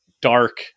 dark